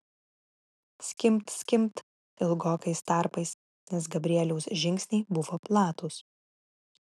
skimbt skimbt ilgokais tarpais nes gabrieliaus žingsniai buvo platūs